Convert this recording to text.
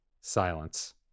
Silence